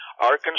Arkansas